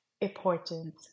important